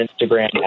Instagram